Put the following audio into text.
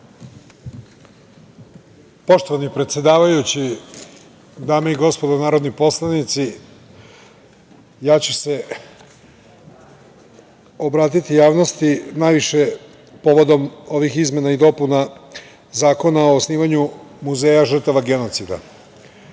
Poštovani predsedavajući, dame i gospodo narodni poslanici, ja ću se obratiti javnosti najviše povodom ovih izmena i dopuna Zakona o osnivanju Muzeja žrtava genocida. Gospođa